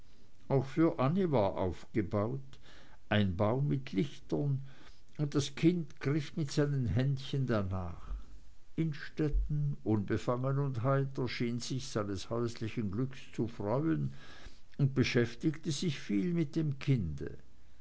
auch für annie war aufgebaut ein baum mit lichtern und das kind griff mit seinen händchen danach innstetten unbefangen und heiter schien sich seines häuslichen glücks zu freuen und beschäftigte sich viel mit dem kinde